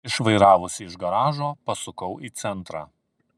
išvairavusi iš garažo pasukau į centrą